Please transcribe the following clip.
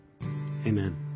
Amen